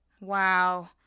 Wow